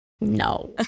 no